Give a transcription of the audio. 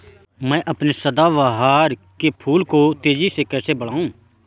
मैं अपने सदाबहार के फूल को तेजी से कैसे बढाऊं?